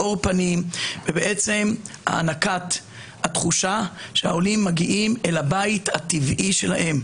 מאור פנים ובעצם הענקת התחושה שהעולים מגיעים אל הבית הטבעי שלהם,